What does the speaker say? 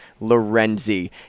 Lorenzi